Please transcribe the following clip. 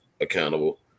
accountable